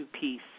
peace